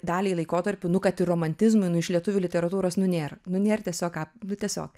daliai laikotarpių nu kad ir romantizmui nu iš lietuvių literatūros nu nėra nu nėr tiesiog ką nu tiesiog